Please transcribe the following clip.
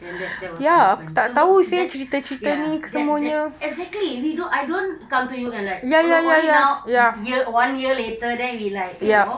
then that that was what happened so hope that ya that that exactly we don't I don't come to you and like only only now one year later then we like you know